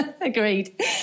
Agreed